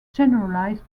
generalized